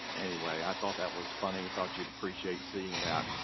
anyway, i thought that was funny. thought you'd appreciate seeing that.